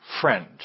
friend